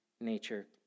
nature